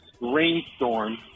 rainstorm